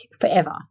forever